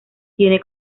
tiene